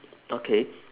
okay